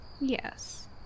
Yes